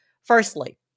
Firstly